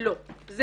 לא.